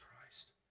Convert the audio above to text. Christ